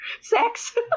sex